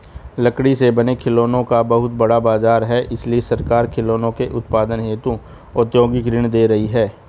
लकड़ी से बने खिलौनों का बहुत बड़ा बाजार है इसलिए सरकार खिलौनों के उत्पादन हेतु औद्योगिक ऋण दे रही है